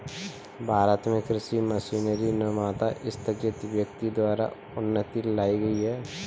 भारत में कृषि मशीनरी निर्माता स्थगित व्यक्ति द्वारा उन्नति लाई गई है